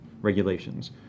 regulations